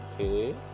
okay